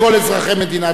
אדוני סגן השר,